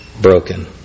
broken